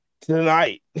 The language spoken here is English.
tonight